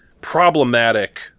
problematic